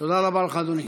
תודה רבה לך, אדוני.